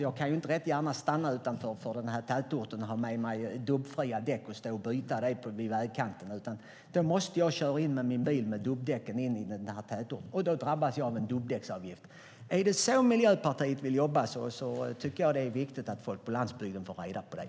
Jag kan inte gärna stanna utanför tätorten och byta till dubbfria däck vid vägkanten. Då måste jag köra in med bilen med dubbdäcken in till tätorten, och då drabbas jag av en dubbdäcksavgift. Om det är så Miljöpartiet vill jobba tycker jag att det är viktigt att folk på landsbygden får reda på det.